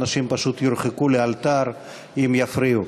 אנשים פשוט יורחקו לאלתר אם יפריעו.